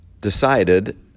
decided